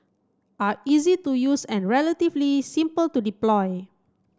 are easy to use and relatively simple to deploy